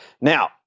Now